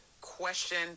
question